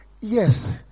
yes